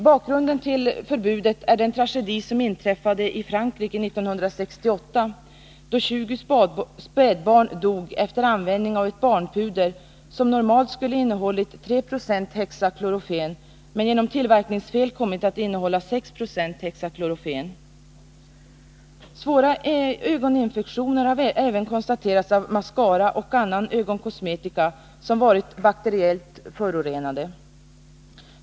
Bakgrunden till förbudet är den tragedi som inträffade i Frankrike 1968 då 20 spädbarn dog sedan man använt ett barnpuder som normalt skulle ha innehållit 3 20 hexaklorofen men som genom tillverkningsfel hade kommit att innehålla 6. Svåra ögoninfektioner har även konstaterats av mascara och annan ögonkosmetika som varit bakteriellt förorenade.